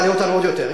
תעלה אותנו עוד יותר.